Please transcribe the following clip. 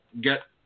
get